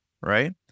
right